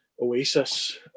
Oasis